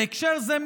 בהקשר זה,